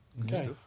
Okay